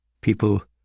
People